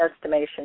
estimation